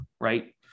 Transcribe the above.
right